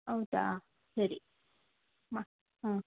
ಹೌದಾ ಸರಿ ಹಾಂ ಹಾಂ